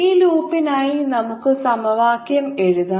ഈ ലൂപ്പിനായി നമുക്ക് സമവാക്യം എഴുതാം